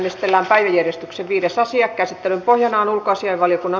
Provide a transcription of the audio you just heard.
ne kuuluvat sille ja ovat hyviä